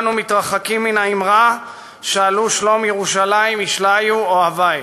אנו מתרחקים מן האמרה: "שאלו שלום ירושלם ישליו אהביך",